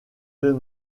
deux